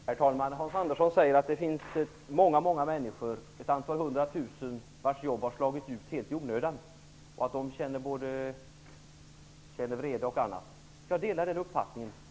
Herr talman! Hans Andersson säger att det finns hundratusentals människor som slagits ut helt i onödan och att dessa känner vrede. Jag delar den uppfattningen.